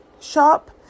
Shop